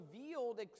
revealed